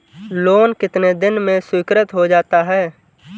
Loan कितने दिन में स्वीकृत हो जाता है?